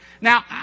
Now